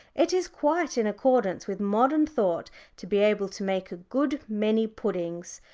it is quite in accordance with modern thought to be able to make a good many puddings,